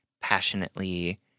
passionately